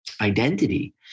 identity